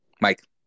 Mike